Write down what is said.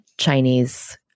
Chinese